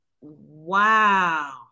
Wow